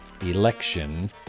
election